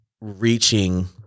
reaching